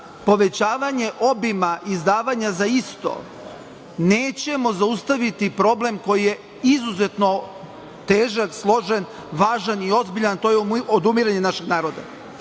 povećavanje obima izdavanja za isto nećemo zaustaviti problem koji je izuzetno težak, složen, važan i ozbiljan, a to je odumiranje našeg naroda.